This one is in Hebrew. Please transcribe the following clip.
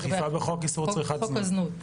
אכיפה וחוק איסור צריכת זנות?